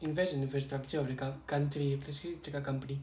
invest in infrastructure in country lagi sikit cakap company